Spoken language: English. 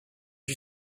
you